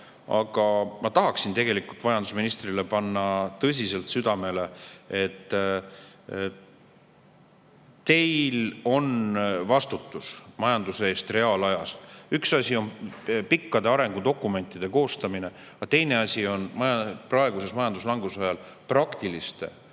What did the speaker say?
Aga ma tahaksin tegelikult majandusministrile panna tõsiselt südamele, et teil on reaalajas vastutus meie majanduse eest. Üks asi on pikkade arengudokumentide koostamine, aga teine asi on praeguse majanduslanguse ajal praktiliste otsuste